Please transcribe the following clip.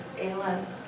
ALS